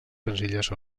senzilles